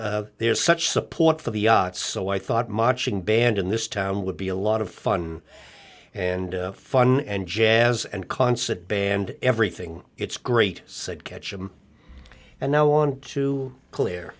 there such support for the yachts so i thought marching band in this town would be a lot of fun and fun and jazz and concert band everything it's great said ketchum and no one to clear